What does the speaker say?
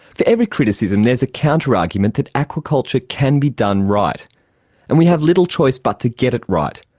for every criticism there's a counter-argument that aquaculture can be done right and we have little choice but to get it right.